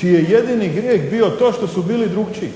je jedini grijeh bio to što su bili drukčiji,